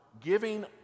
giving